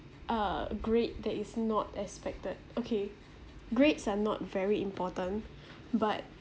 a grade that is not expected okay grades are not very important but